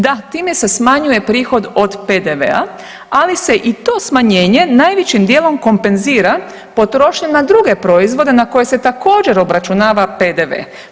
Da, time se smanjuje prihod od PDV-a, ali se i to smanjenje najvećim dijelom kompenzira potrošnjom na druge proizvode na koje se također obračuna PDV.